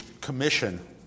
commission